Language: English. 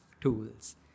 tools